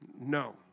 No